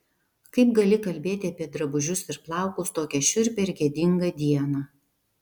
kaip gali kalbėti apie drabužius ir plaukus tokią šiurpią ir gėdingą dieną